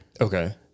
Okay